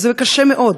וזה קשה מאוד,